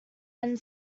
end